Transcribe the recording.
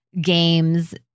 games